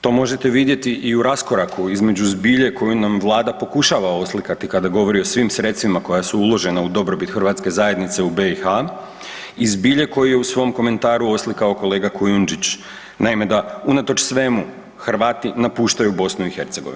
To možete vidjeti i u raskoraku između zbilju koju nam Vlada pokušava oslikati kada govori o svim sredstvima koja su uložena u dobrobit hrvatske zajednice u BiH-u i zbilje koje je u svom komentaru oslikao kolega Kujundžić, naime da unatoč svemu, Hrvati napuštaju BiH.